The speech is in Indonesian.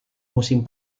musim